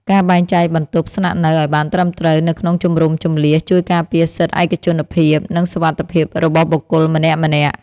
ការបែងចែកបន្ទប់ស្នាក់នៅឱ្យបានត្រឹមត្រូវនៅក្នុងជំរំជម្លៀសជួយការពារសិទ្ធិឯកជនភាព និងសុវត្ថិភាពរបស់បុគ្គលម្នាក់ៗ។